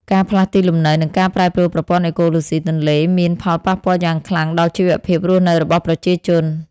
ការផ្លាស់ទីលំនៅ និងការប្រែប្រួលប្រព័ន្ធអេកូឡូស៊ីទន្លេមាន ផលប៉ះពាល់យ៉ាងខ្លាំងដល់ជីវភាពរស់នៅរបស់ប្រជាជន។